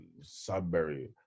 Sudbury